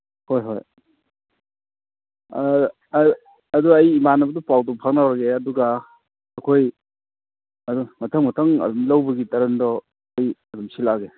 ꯍꯣꯏ ꯍꯣꯏ ꯑꯗꯨ ꯑꯩ ꯏꯃꯥꯟꯅꯕꯗꯨ ꯄꯥꯎꯗꯨ ꯄꯥꯎꯅꯔꯔꯦ ꯑꯗꯨꯒ ꯑꯩꯈꯣꯏ ꯃꯊꯪ ꯃꯊꯪ ꯑꯗꯨꯝ ꯂꯧꯕꯒꯤ ꯇꯔꯟꯗꯣ ꯑꯩ ꯑꯗꯨꯝ ꯁꯤꯜꯂꯛꯑꯒꯦ